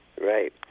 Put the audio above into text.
Right